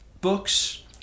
books